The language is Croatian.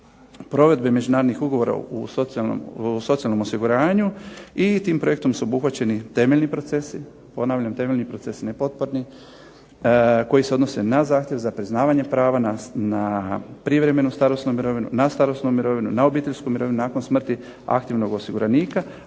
provedbe međunarodnih ugovora u socijalnom osiguranju i tim projektom su obuhvaćeni temeljni procesi. Ponavljam temeljni proces, ne potpadni koji se odnose na zahtjev za priznavanje prava na privremenu starosnu mirovinu, na starosnu mirovinu, na obiteljsku mirovinu nakon smrti aktivnog osiguranika,